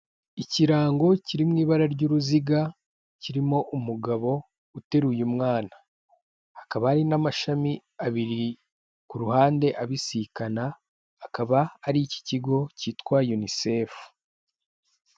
Ikirango kiri mu ibara ry'uruziga, kirimo umugabo uteruye mwana. Hakaba ari namashami abiri ku ruhande abisikana, akaba ari iki kigo kitwa yunisefu.